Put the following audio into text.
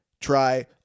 try